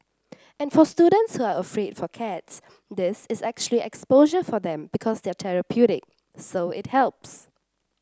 and for students who are afraid for cats this is actually exposure for them because they're therapeutic so it helps